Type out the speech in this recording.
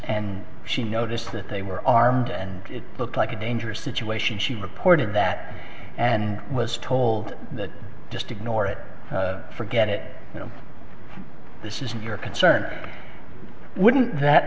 and she noticed that they were armed and it looked like a dangerous situation she reported that and was told that just ignore it forget it you know this is your concern wouldn't that